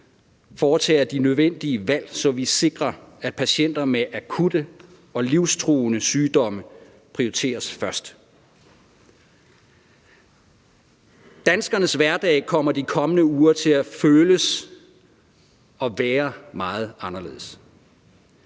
foretager de nødvendige valg, så vi sikrer, at patienter med akutte og livstruende sygdomme prioriteres først. Danskernes hverdag kommer de kommende uger til at føles og være meget anderledes.